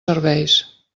serveis